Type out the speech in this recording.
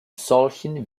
solchen